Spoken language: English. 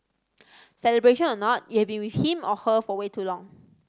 celebration or not you've been with him or her for way too long